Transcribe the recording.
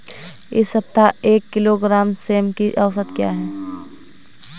इस सप्ताह एक किलोग्राम सेम की औसत कीमत क्या है?